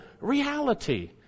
reality